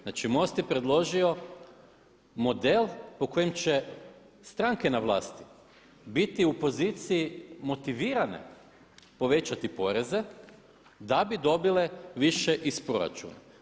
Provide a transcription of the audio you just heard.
Znači MOST je predložio model po kojem će stranke na vlasti biti u poziciji motivirane povećati poreze da bi dobile više iz proračuna.